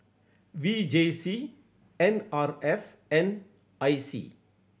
V J C N R F N I C